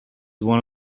one